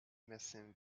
messen